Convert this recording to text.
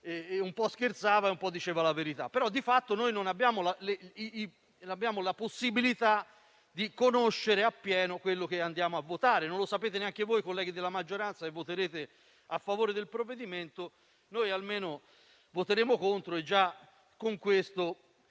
un po' scherzava, un po' diceva la verità. Di fatto, noi non abbiamo la possibilità di conoscere pienamente quanto andiamo a votare; non lo sapete neanche voi, colleghi della maggioranza, che voterete a favore del provvedimento. Noi almeno voteremo contro e già con questo